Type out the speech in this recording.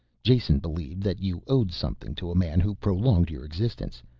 jason believed that you owed something to a man who prolonged your existence,